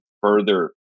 further